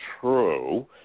true